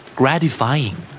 gratifying